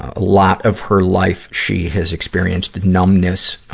ah lot of her life, she has experienced the numbness,